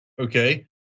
okay